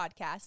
podcast